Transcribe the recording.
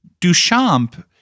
Duchamp